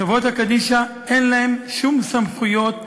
חברות קדישא, אין להן שום סמכויות לאכיפה.